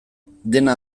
dena